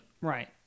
Right